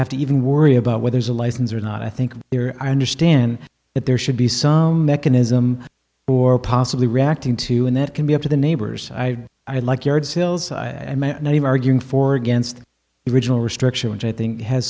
have to even worry about where there's a license or not i think there i understand that there should be some mechanism or possibly reacting to and that can be up to the neighbors i would like yard sales arguing for or against the original restriction which i think has